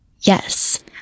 yes